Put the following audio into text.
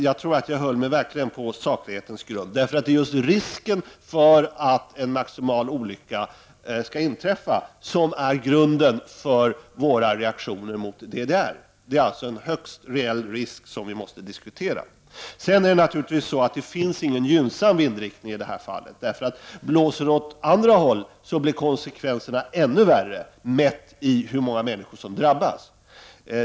Jag tror att jag verkligen höll mig på saklighetens grund. Det är just risken för att en maximal olycka skall inträffa som är grunden för våra reaktioner mot DDR. Det är således en högst reell risk, som vi måste diskutera. Det finns naturligtvis ingen gynnsam vindriktning i det här fallet. Blåser det åt det andra hållet blir konsekvenserna ännu värre mätt i hur många människor som drabbas.